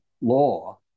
law